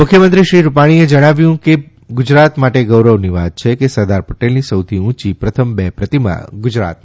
મુખ્યમંત્રી શ્રી વિજય રૂપાણીએ જણાવ્યું કે ગુજરાત માટે ગૌરવની વાત છે કે સરદાર પટેલની સૌથી ઉંચી પ્રથમ બે પ્રતિમા ગુજરાતમાં છે